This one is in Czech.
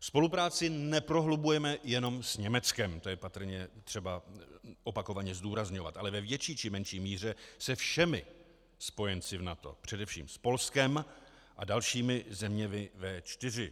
Spolupráci neprohlubujeme jenom s Německem, to je patrně třeba opakovaně zdůrazňovat, ale ve větší či menší míře se všemi spojenci v NATO, především s Polskem a dalšími zeměmi V4.